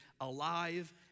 alive